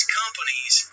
companies